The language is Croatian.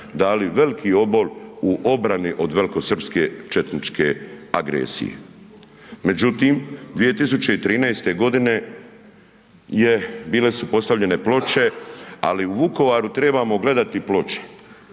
dali veliki obol u obrani od velikosrpske četničke agresije. Međutim, 2013. godine bile su postavljene ploče, ali u Vukovaru trebamo gledati ploče